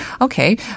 Okay